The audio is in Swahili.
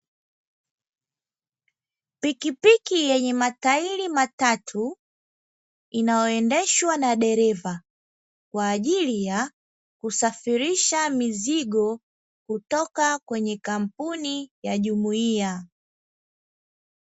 Pikipiki yenye matairi matatu inayoendeshwa na dereva kwa ajili ya kusafirisha mizigo kutoka kwenye kampuni ya jumuia.